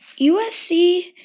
USC